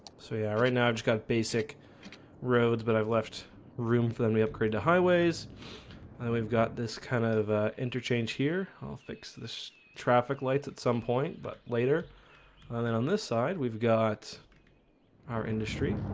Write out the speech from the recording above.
so yeah right now i just got basic roads, but i've left room for then we upgrade to highways and we've got this kind of interchange here. i'll fix this traffic lights at some point, but later and then on this side we've got our industry